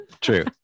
true